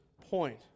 point